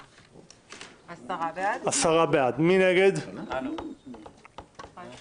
הצבעה בעד, 10 נגד, 2 נמנעים, 1 ההצבעה אושרה.